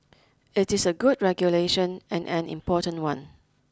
it is a good regulation and an important one